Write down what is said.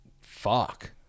Fuck